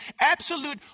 absolute